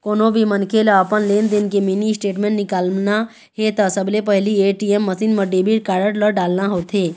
कोनो भी मनखे ल अपन लेनदेन के मिनी स्टेटमेंट निकालना हे त सबले पहिली ए.टी.एम मसीन म डेबिट कारड ल डालना होथे